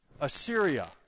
Assyria